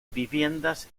viviendas